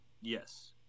yes